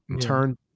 turn